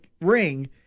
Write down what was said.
ring